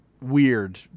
weird